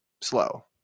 slow